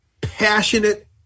passionate